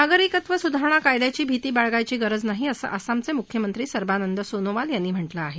नागरिकत्व सुधारणा कायद्याची भीती बाळगायची गरज नाही असं आसामचे मुख्यनंत्री सर्वानंद सोनोवाल यांनी म्हटलं आहे